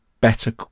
better